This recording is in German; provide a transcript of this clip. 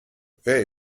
wer